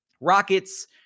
Rockets